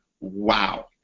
wow